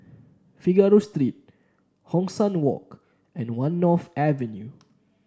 Figaro Street Hong San Walk and One North Avenue